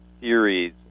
series